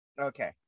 Okay